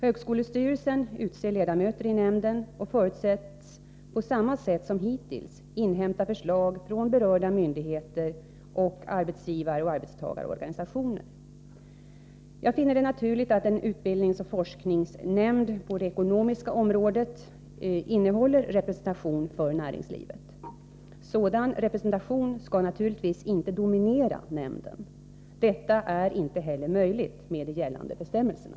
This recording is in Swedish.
Högskolestyrelsen utser ledamöter i nämnden och förutsätts på samma sätt som hittills inhämta förslag från berörda myndigheter och arbetsgivaroch arbetstagarorganisationer. Jag finner det naturligt att en utbildningsoch forskningsnämnd på det ekonomiska området innehåller representation för näringslivet. Sådan representation skall naturligtvis inte dominera nämnden. Detta är inte heller möjligt med de gällande bestämmelserna.